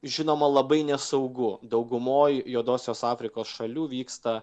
žinoma labai nesaugu daugumoj juodosios afrikos šalių vyksta